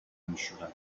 میشورن